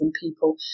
people